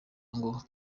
ngo